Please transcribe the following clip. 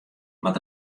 moat